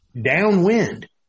Downwind